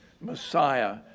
Messiah